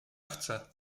chcę